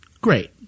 great